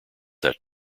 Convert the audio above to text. that